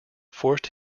forced